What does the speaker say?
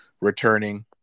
returning